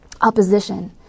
opposition